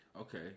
Okay